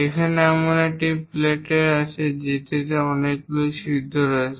এমন একটি প্লেটের জন্য যেটিতে অনেকগুলি ছিদ্র রয়েছে